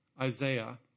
Isaiah